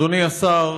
אדוני השר,